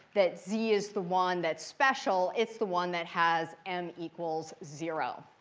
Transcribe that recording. that z is the one that's special. it's the one that has m equals zero.